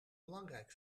belangrijk